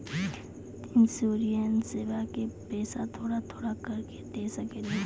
इंश्योरेंसबा के पैसा थोड़ा थोड़ा करके दे सकेनी?